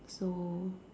so